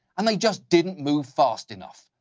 and they just didn't move fast enough.